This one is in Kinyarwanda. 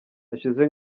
hashize